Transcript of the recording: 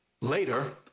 Later